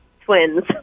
twins